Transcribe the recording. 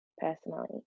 personally